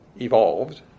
evolved